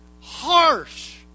harsh